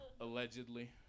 Allegedly